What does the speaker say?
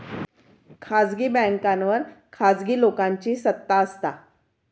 खासगी बॅन्कांवर खासगी लोकांची सत्ता असता